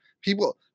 People